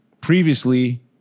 previously